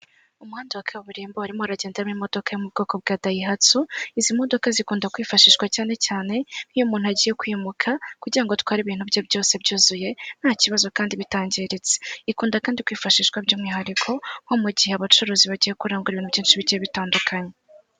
Umuhanda wa kaburimbo warimo uragendamo imodoka yo mu bwoko bwa daihatsu, izi modoka zikunda kwifashishwa cyane cyane, iyo umuntu agiye kwimuka, kugira ngo atware ibintu bye byose byuzuye, nta kibazo kandi bitangiritse, ikunda kandi kwifashishwa by'umwihariko, nko mu gihe abacuruzi bagiye kurangura ibintu byinshi bike bitandukanye.